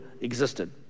existed